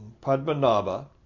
Padmanabha